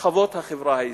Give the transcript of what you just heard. בשכבות החברה הישראלית.